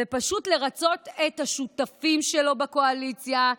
ופשוט לרצות את השותפים שלו בקואליציה,